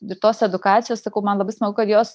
ir tos edukacijos sakau man labai smagu kad jos